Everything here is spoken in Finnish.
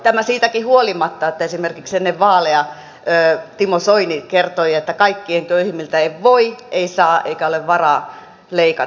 tämä siitäkin huolimatta että esimerkiksi ennen vaaleja timo soini kertoi että kaikkein köyhimmiltä ei voi ei saa eikä ole varaa leikata